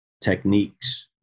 techniques